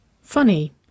Funny